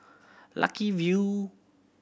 Lucky View